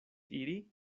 iri